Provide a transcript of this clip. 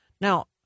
Now